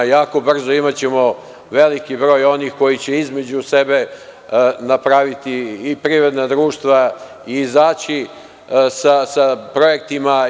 Jako brzo, imaćemo veliki broj onih koji će između sebe napraviti i privredna društva i izaći sa projektima.